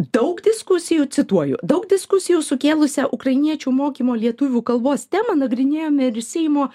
daug diskusijų cituoju daug diskusijų sukėlusią ukrainiečių mokymo lietuvių kalbos temą nagrinėjome ir seimo